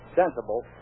sensible